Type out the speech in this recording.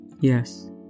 Yes